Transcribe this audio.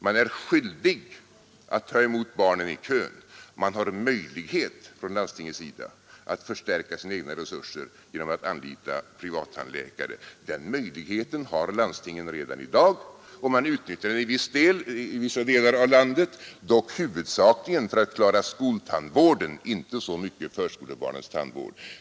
Man är skyldig att ta emot barnen i kön. Landstingen har möjlighet att förstärka sina egna resurser genom att anlita privattandläkare. Den möjligheten har landstinget redan i dag, och man utnyttjar den i vissa delar av landet, dock huvudsakligen för att klara skoltandvården, inte så mycket för förskolebarnens tandvård.